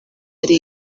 hari